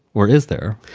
where is there?